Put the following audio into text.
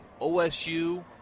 OSU